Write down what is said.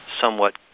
somewhat